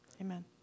amen